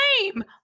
name